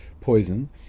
poison